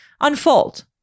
unfold